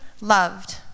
loved